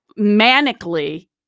manically